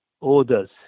orders